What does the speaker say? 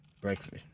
breakfast